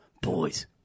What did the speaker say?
boys